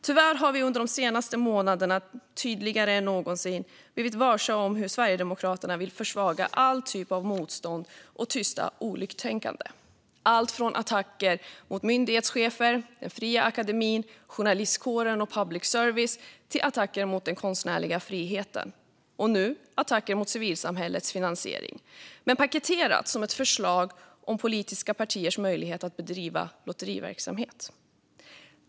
Tyvärr har vi under de senaste månaderna tydligare än någonsin blivit varse hur Sverigedemokraterna vill försvaga all typ av motstånd och tysta oliktänkande. Det är allt från attacker mot myndighetschefer, den fria akademin, journalistkåren och public service till attacker mot den konstnärliga friheten. Och nu är det attacker mot civilsamhällets finansiering men paketerat som ett förslag om politiska partiers möjlighet att bedriva lotteriverksamhet.